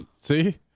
See